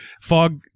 Fog